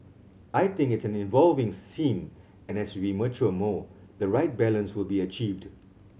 I think it's an evolving scene and as we mature more the right balance will be achieved